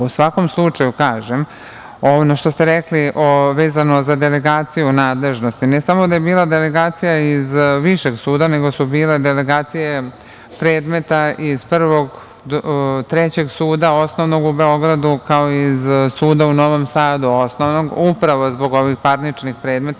U svakom slučaju, ono što ste rekli vezano za delegaciju nadležnosti, ne samo da je bila delegacija iz Višeg suda, nego su bile delegacije predmeta iz Prvog, Trećeg suda, Osnovnog, u Beogradu, kao i Osnovnog suda u Novom Sadu, upravo zbog ovih parničnih predmeta.